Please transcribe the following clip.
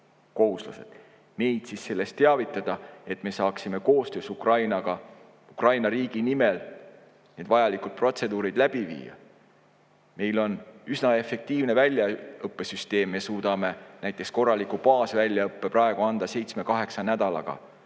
ja meid siis sellest teavitada, et me saaksime koostöös Ukrainaga Ukraina riigi nimel need vajalikud protseduurid läbi viia. Meil on üsna efektiivne väljaõppesüsteem, me suudame praegu näiteks korraliku baasväljaõppe anda seitsme